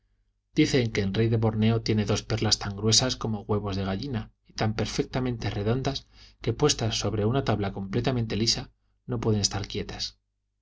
dicen que el rey de borneo tiene dos perlas tan gruesas como huevos de gallina y tan perfectamente redondas que puestas sobre una tabla completamente lisa no pueden estar quietas